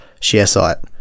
ShareSite